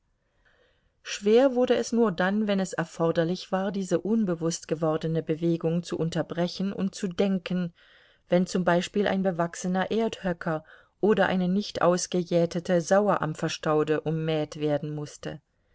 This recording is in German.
schwer wurde es nur dann wenn es erforderlich war diese unbewußt gewordene bewegung zu unterbrechen und zu denken wenn zum beispiel ein bewachsener erdhöcker oder eine nicht ausgejätete sauerampferstaude ummäht werden mußte